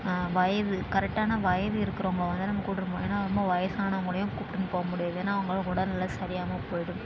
வயது கரெக்டான வயது இருக்கிறவங்க வந்து நம்ம கூட இருக்கணும் ஏன்னால் ரொம்ப வயதானவங்களையும் கூப்பிட்டுன்னு போக முடியாது ஏன்னால் அவர்களுக்கு உடல்நிலை சரி ஆகாமல் போய்விடும்